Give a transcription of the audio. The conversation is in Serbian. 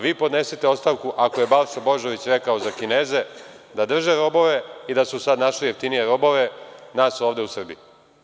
Vi podnesite ostavku ako je Balša Božović rekao za Kineze da drže robove i da su sada našli jeftinije robove, nas ovde u Srbiji.